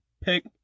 pick